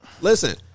Listen